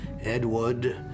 Edward